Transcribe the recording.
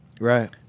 Right